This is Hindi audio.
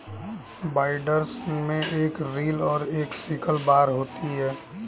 बाइंडर्स में एक रील और एक सिकल बार होता है